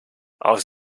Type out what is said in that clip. aus